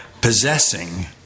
possessing